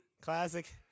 Classic